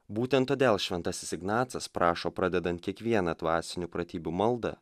būtent todėl šventasis ignacas prašo pradedant kiekvieną dvasinių pratybų maldą